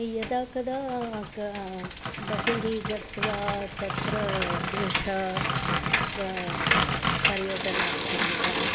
यदा कदा का बहिः गत्वा तत्र देशं वा पर्यटनार्थं वा